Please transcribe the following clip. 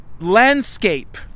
landscape